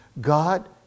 God